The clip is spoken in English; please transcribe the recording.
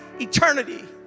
eternity